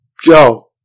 Joe